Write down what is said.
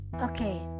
Okay